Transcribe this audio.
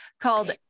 called